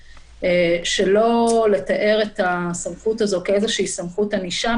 שלא לתאר את הסמכות הזאת כאיזושהי סמכות ענישה,